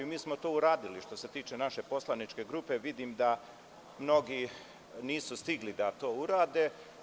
Mi smo to i uradili, što se tiče naše poslaničke grupe, ali vidim da mnogi nisu stigli da to urade.